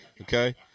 Okay